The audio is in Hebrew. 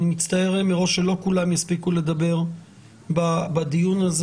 אני מצטער מראש שלא כולם יספיקו לדבר בדיון הזה.